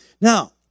Now